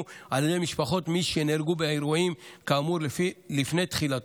על ידי משפחות מי שנהרגו באירועים כאמור לפני תחילתו.